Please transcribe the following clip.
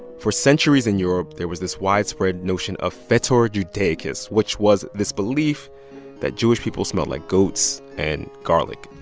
for centuries, in europe, there was this widespread notion of foetor judaicus, which was this belief that jewish people smelled like goats and garlic.